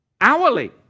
Hourly